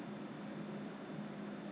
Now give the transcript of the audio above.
err but 好像是 err